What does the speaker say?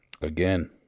Again